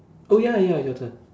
oh ya ya your turn